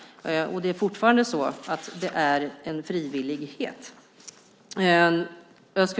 Det är fortfarande så att det är en frivillighet.